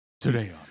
Today